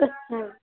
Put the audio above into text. اچھا